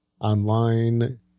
online